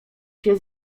się